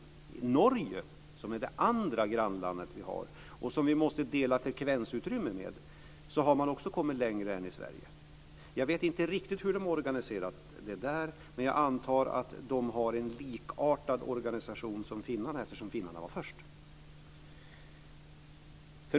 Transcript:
I Norge, som är det andra grannlandet som vi har och som vi måste dela frekvensutrymme med, har man också kommit längre än i Sverige. Jag vet inte riktigt hur man har organiserat det där, men jag antar att man har en organisation som är likartad med den som finnarna har, eftersom finnarna var först.